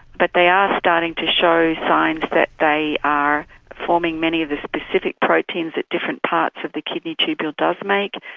but they are starting to show signs that they are forming many of the specific proteins at different parts that the kidney tubule does make.